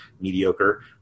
mediocre